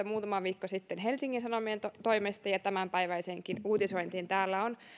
muutama viikko sitten helsingin sanomien toimesta ja ja tämänpäiväiseenkin uutisointiin täällä on